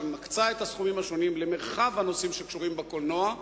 שמקצה את הסכומים השונים למרחב הנושאים שקשורים בקולנוע,